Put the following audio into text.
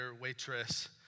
waitress